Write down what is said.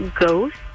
ghost